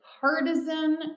partisan